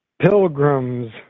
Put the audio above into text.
Pilgrims